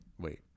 Wait